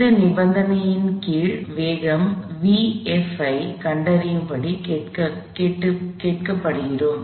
இந்த நிபந்தனையின் கீழ் வேகம் vf ஐ கண்டறியும்படி கேட்கப்படுகிறோம்